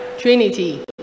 Trinity